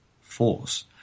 force